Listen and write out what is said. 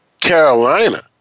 Carolina